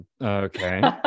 Okay